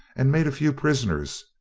and made a few prisoners,